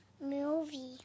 Movie